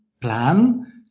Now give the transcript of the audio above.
plan